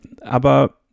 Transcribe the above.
Aber